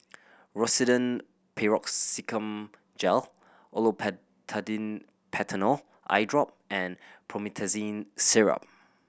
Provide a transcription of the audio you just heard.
Rosiden Piroxicam Gel Olopatadine Patanol Eyedrop and Promethazine Syrup